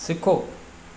सिखो